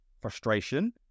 frustration